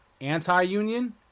anti-union